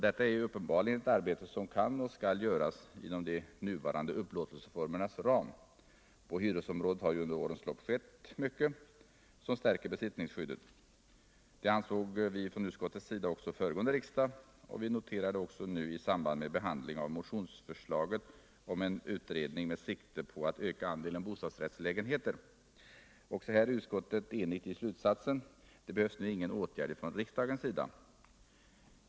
Detta är uppenbarligen ett arbete som kan och skall göras inom de nuvarande upplåtelseformernas ram; på hyresområdet har ju under årens lopp skett mycket som stärker besittningsskyddet. Detta ansåg utskottet också föregående riksdag, och vi noterar det även nu i samband med behandlingen av motionsförslaget om en utredning med sikte på att öka andelen bostadsrättslägenheter. Också här är utskottet enigt i slutsatsen — det behövs nu ingen åtgärd från riksdagens sida.